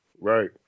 right